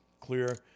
clear